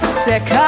sick